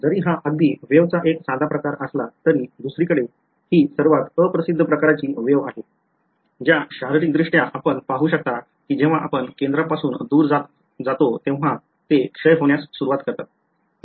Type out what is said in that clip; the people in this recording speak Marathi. जरी हा अगदी wave चा एक साधा प्रकार असला तरी दुसरीकडे ही सर्वात अप्रसिद्ध प्रकारची लाट आहे 2 डी लाटा ज्या शारीरिकदृष्ट्या आपण पाहू शकता की जेव्हा आपण केंद्रापासून दूर जाता तेव्हा ते क्षय होण्यास सुरवात करतात